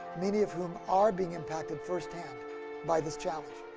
many of whom are being impacted firsthand by this challenge.